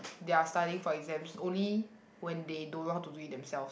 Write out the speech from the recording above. their studying for exams only when they don't know how to do it themselves